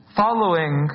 following